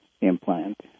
implant